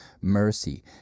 mercy